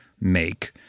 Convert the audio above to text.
make